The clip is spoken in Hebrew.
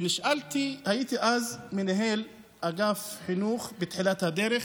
הייתי אז מנהל אגף חינוך בתחילת הדרך,